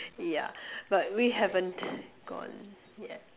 ya but we haven't gone yet